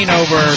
over